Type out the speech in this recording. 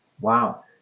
Wow